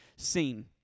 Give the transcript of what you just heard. seen